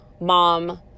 mom